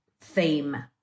theme